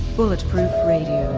bulletproof radio,